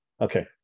Okay